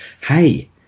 hey